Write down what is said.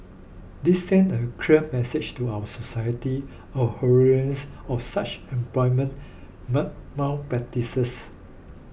this send a clear message to our society abhorrence of such employment malpractices